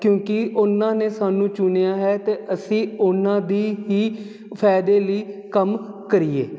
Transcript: ਕਿਉਂਕਿ ਉਹਨਾਂ ਨੇ ਸਾਨੂੰ ਚੁਣਿਆ ਹੈ ਤੇ ਅਸੀਂ ਉਹਨਾਂ ਦੀ ਹੀ ਫਾਇਦੇ ਲਈ ਕੰਮ ਕਰੀਏ